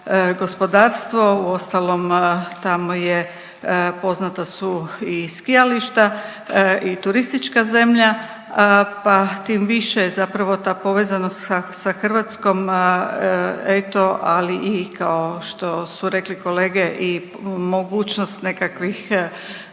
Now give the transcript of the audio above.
gospodarstvo. Uostalom tamo je, poznata su i skijališta i turistička zemlja pa tim više zapravo ta povezanost sa Hrvatskom eto ali i kao što su rekli kolege i mogućnost nekakvih